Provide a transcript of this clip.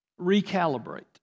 recalibrate